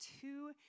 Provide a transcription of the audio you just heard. two